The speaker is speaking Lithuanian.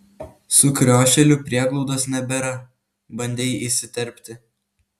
sukriošėlių prieglaudos nebėra bandei įsiterpti